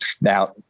now